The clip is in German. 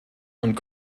und